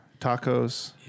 Tacos